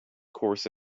course